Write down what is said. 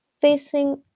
facing